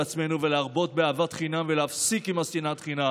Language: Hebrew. עצמנו ולהרבות באהבת חינם ולהפסיק עם שנאת החינם.